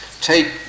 take